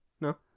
No